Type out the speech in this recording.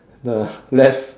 the left